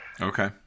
okay